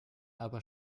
aber